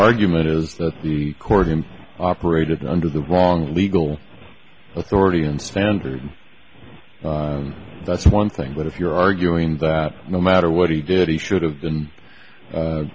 argument is that the court him operated under the wrong legal authority and standard that's one thing but if you're arguing that no matter what he did he should have been